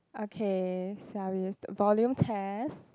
okay so I will be just volume test